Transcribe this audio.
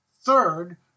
Third